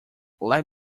let